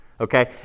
okay